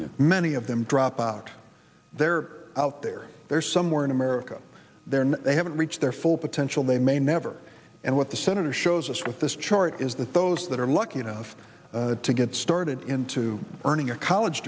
many of them drop out they're out there they're somewhere in america they're not they haven't reached their full potential they may never and what the senator shows us with this chart is that those that are lucky enough to get started in to earning a college